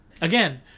Again